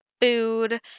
food